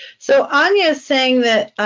so anya saying that,